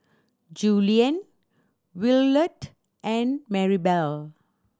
Julien Willard and Marybelle